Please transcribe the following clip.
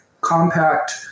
compact